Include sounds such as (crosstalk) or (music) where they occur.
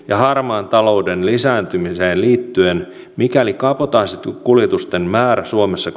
(unintelligible) ja harmaan talouden lisääntymiseen liittyen mikäli kabotaasikuljetusten määrä suomessa (unintelligible)